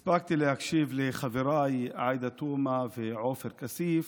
הספקתי להקשיב לחבריי עאידה תומא ועופר כסיף,